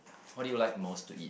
what do you like most to eat